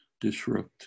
disrupt